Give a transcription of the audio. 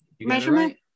measurement